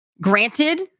Granted